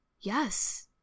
Yes